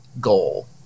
goal